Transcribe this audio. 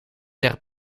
ter